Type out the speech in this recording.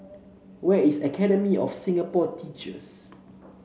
where is Academy of Singapore Teachers